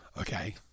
Okay